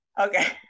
okay